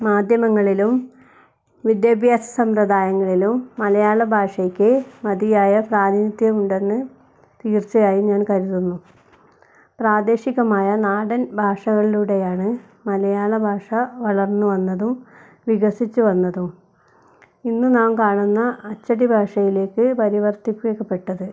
മാധ്യമങ്ങളിലും വിദ്യാഭ്യാസ സമ്പ്രദായങ്ങളിലും മലയാള ഭാഷയ്ക്ക് മതിയായ പ്രാതിനിധ്യമുണ്ടെന്ന് തീർച്ചയായും ഞാൻ കരുതുന്നു പ്രാദേശികമായ നാടൻ ഭാഷകളിലൂടെയാണ് മലയാള ഭാഷ വളർന്നു വന്നതും വികസിച്ച് വന്നതു ഇന്ന് നാം കാണുന്ന അച്ചടി ഭാഷയിലേക്ക് പരിവർത്തിപ്പിക്കപ്പെട്ടത്